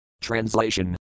Translation